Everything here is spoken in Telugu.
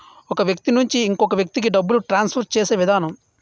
ఒక వ్యక్తి నుంచి ఇంకొక వ్యక్తికి డబ్బులు ట్రాన్స్ఫర్ చేసే విధానం